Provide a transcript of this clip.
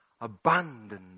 abandoned